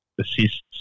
assists